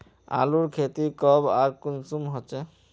आलूर खेती कब आर कुंसम होचे?